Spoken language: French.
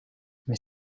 mais